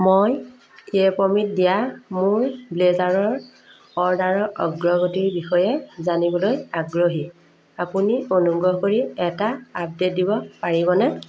মই য়েপমিত দিয়া মোৰ ব্লেজাৰৰ অৰ্ডাৰৰ অগ্ৰগতিৰ বিষয়ে জানিবলৈ আগ্ৰহী আপুনি অনুগ্ৰহ কৰি এটা আপডে'ট দিব পাৰিবনে